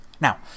Now